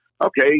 okay